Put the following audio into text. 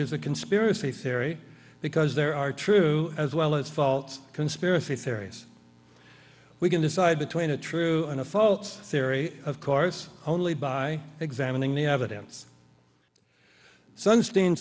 is a conspiracy theory because there are true as well as faults conspiracy theories we can decide between a true and a fault theory of course only by examining the evidence sunstein